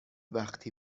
وقتی